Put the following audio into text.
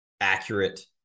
accurate